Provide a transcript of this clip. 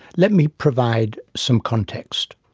let me provide some context.